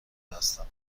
هستند